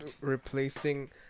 Replacing